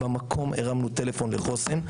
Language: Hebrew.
במקום הרמנו טלפון לחוסן.